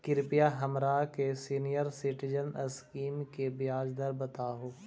कृपा हमरा के सीनियर सिटीजन स्कीम के ब्याज दर बतावहुं